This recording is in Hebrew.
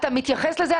אתה מתייחס לזה?